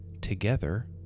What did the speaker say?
Together